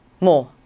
more